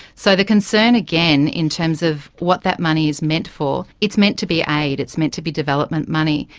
so the concern again in terms of what that money is meant for, it's meant to be aid, it's meant to be development money,